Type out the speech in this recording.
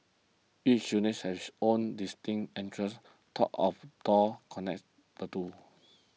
each units has own distinct entrance taught of door connects the two